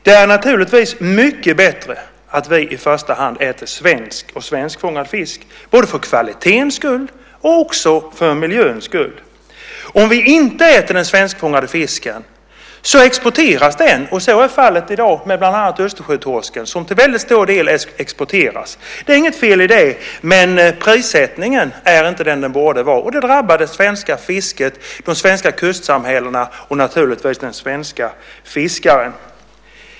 Det är naturligtvis mycket bättre att vi i första hand äter svensk och svenskfångad fisk, både för kvalitetens och för miljöns skull. Om vi inte äter den svenskfångade fisken exporteras den. Så är fallet i dag med bland annat östersjötorsken som till mycket stor del exporteras. Det är inte något fel med det, men prissättningen är inte vad den borde vara. Det drabbar det svenska fisket, de svenska kustsamhällena och naturligtvis den svenska fiskaren.